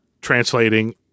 translating